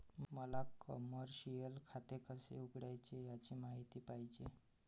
मला कमर्शिअल खाते कसे उघडायचे याची माहिती पाहिजे